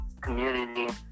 community